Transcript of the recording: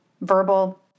verbal